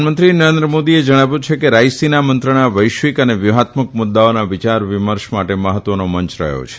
પ્રધાનમંત્રી નરેન્દ્ર મોદીએ ટવીટ ધ્વારા જણાવ્યું છે કે રાયસીના મંત્રણા વૈશ્વિક અને વ્યુફાત્મક મુદૃાઓના વિચાર વિમર્શ માટે મહત્વનો મંચ રહયો છે